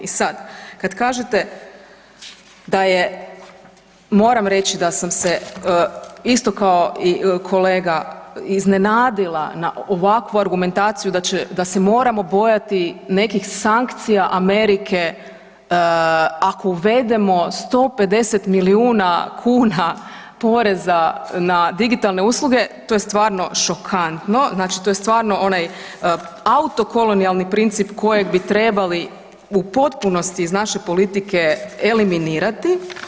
I sad kad kažete da je moram reći da sam se isto kao i kolega iznenadila na ovakvu argumentaciju da se moramo bojati nekih sankcija Amerike ako uvedemo 150 milijuna kuna poreza na digitalne usluge, to je stvarno šokantno, znači to je stvarno onaj autokolonijalni princip kojeg bi trebali u potpunosti iz naše politike eliminirati.